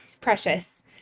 precious